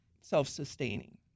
self-sustaining